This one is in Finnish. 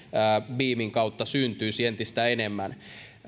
beamin kautta syntyisi entistä enemmän